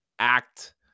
Act